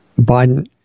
Biden